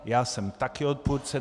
Já jsem také odpůrce.